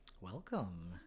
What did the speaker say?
Welcome